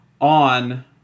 on